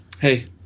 hey